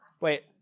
Wait